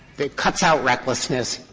it cuts out recklessness.